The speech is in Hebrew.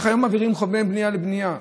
איך היום מעבירים חומרי בנייה לבנייה?